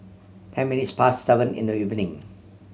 ten minutes past seven in the evening